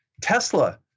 Tesla